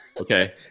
Okay